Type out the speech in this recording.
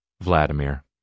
Vladimir